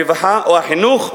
הרווחה או החינוך,